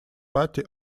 party